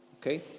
Okay